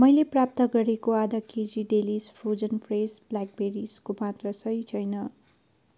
मैले प्राप्त गरेको आधा केजी डेलिस फ्रोजन फ्रेस ब्ल्याकबेरिजको मात्रा सही छैन